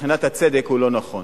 מבחינת הצדק הוא לא נכון,